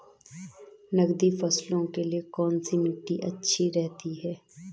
नकदी फसलों के लिए कौन सी मिट्टी अच्छी रहती है?